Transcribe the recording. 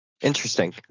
Interesting